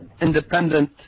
independent